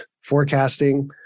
Forecasting